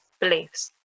beliefs